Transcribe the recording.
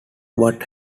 what